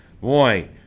boy